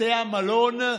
בתי המלון,